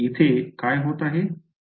इथे काय होत आहे